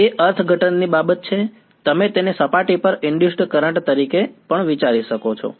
તે અર્થઘટનની બાબત છે તમે તેને સપાટી પર ઇનડયુસડ્ કરંટ તરીકે પણ વિચારી શકો છો